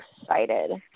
excited